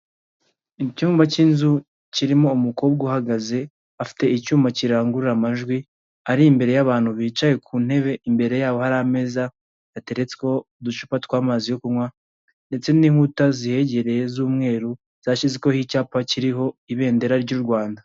Icyumba cy'inzu kirimo umukobwa uhagaze, afite icyuma kirangurura amajwi, ari imbere y'abantu bicaye ku ntebe, imbere yabo hari ameza yateretseho uducupa tw'amazi yo kunywa ndetse n'inkuta zihegereye z'umweru zashyizweho icyapa kiriho ibendera ry'u Rwanda.